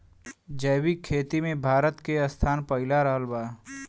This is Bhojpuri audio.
जैविक खेती मे भारत के स्थान पहिला रहल बा